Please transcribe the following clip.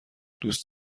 دوست